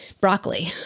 broccoli